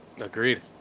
Agreed